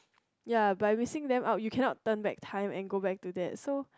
ya by missing them out you cannot turn back time and go back to that so